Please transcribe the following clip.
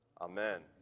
Amen